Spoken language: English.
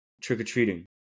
trick-or-treating